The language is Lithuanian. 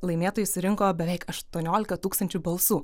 laimėtojai surinko beveik aštuoniolika tūkstančių balsų